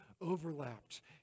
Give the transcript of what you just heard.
overlapped